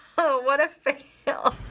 oh, what a fail. yeah